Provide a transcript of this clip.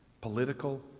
political